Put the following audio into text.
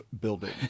building